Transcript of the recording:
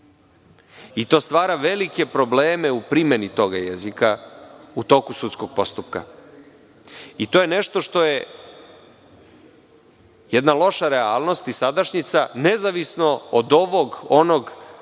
To stvara velike probleme u primeni tog jezika u toku sudskoj postupka. To je nešto što je jedna loša realnost i sadašnjica, nezavisno od ovog, onog,